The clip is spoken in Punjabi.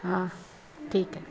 ਹਾਂ ਠੀਕ ਹੈ